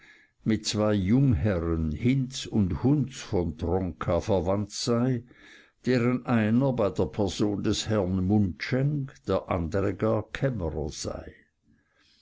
mit zwei jungherren hinz und kunz von tronka verwandt sei deren einer bei der person des herrn mundschenk der andre gar kämmerer sei